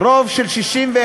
רוב של 61,